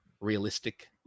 realistic